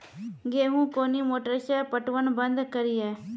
गेहूँ कोनी मोटर से पटवन बंद करिए?